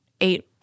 eight